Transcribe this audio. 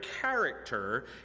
character